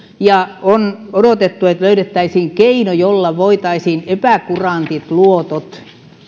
on odotettu että löydettäisiin keino jolla voitaisiin epäkurantit luotot